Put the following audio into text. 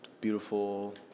beautiful